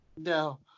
No